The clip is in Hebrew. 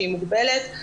שגרה מוגבלת,